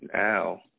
Now